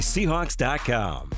Seahawks.com